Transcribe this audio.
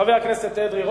חבר הכנסת אדרי,